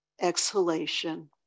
exhalation